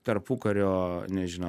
tarpukario nežino